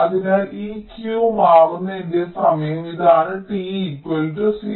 അതിനാൽ ഈ Q മാറുന്ന എന്റെ സമയം ഇതാണ് t 0